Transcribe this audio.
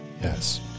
Yes